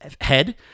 head